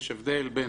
יש הבדל בין